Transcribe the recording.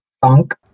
funk